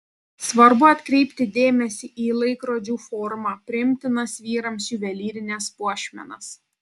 svarbu atkreipti dėmesį į laikrodžių formą priimtinas vyrams juvelyrines puošmenas